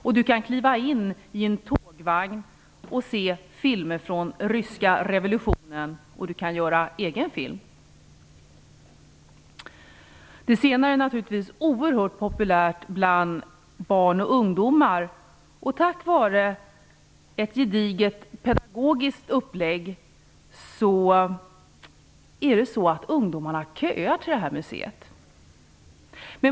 Man kan kliva in i en tågvagn och se filmer från ryska revolutioner, och man kan göra egen film. Det senare är naturligtvis oerhört populärt bland barn och ungdomar. Tack vare ett gediget pedagogiskt upplägg köar ungdomarna till museet.